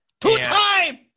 Two-time